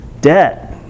Debt